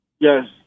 Yes